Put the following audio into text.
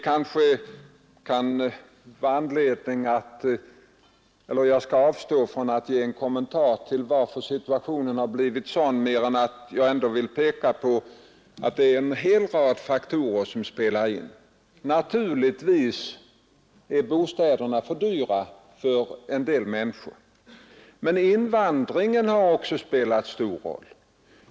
Jag skall avstå från att göra en kommentar till varför situationen har blivit sådan; jag vill bara peka på att en rad faktorer spelar in. Naturligtvis är bostäderna för dyra för en del människor, men invandringen har också spelat stor roll.